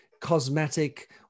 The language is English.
cosmetic